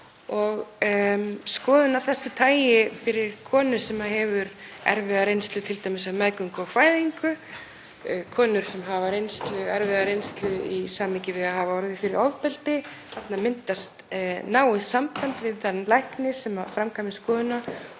og skoðun af þessu tagi fyrir konu sem hefur erfiða reynslu t.d. af meðgöngu og fæðingu, konur sem hafa erfiða reynslu í samhengi við að hafa orðið fyrir ofbeldi, þarna myndast náið samband við lækni sem framkvæmir skoðun